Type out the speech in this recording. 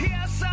Yes